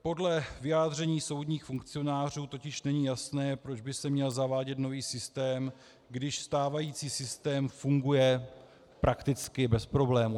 Podle vyjádření soudních funkcionářů totiž není jasné, proč by se měl zavádět nový systém, když stávající systém funguje prakticky bez problémů.